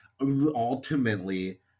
ultimately